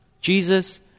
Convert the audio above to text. Jesus